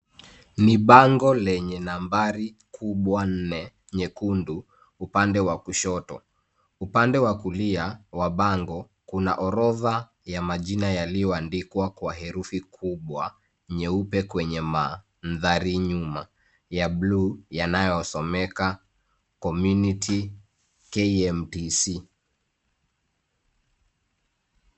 Ni bango lenye nambari kubwa nne nyekundu, upande wa kushoto. Upande wa kulia wa bango kuna orodha ya majina yaliyoandikwa kwa herufi kubwa nyeupe kwenye mandhari nyuma ya bluu yanayosomeka Community , KMTC.